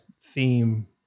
theme